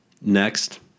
Next